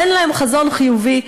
אין להם חזון חיובי,